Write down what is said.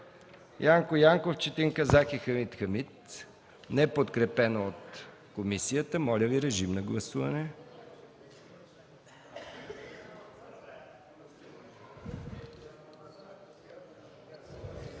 Янко Янков, Четин Казак и Хамид Хамид, неподкрепено от комисията. Моля Ви, режим на гласуване.